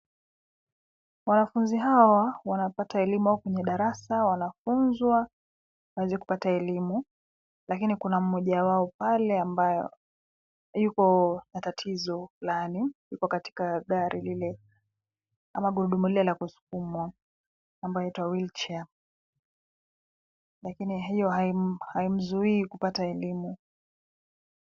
Wanafunzi hawa wanapata elimu kwenye darasa, wanafunzwa waweze kupata elimu. Lakini kuna mmoja wao pale ambaye yupo na tatizo fulani, yupo katika gari lile, ambalo gurudumu lile la kusukumwa, ambayo yaitwa wheelchair . Lakini hiyo haimzuii kupata elimu.